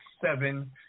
seven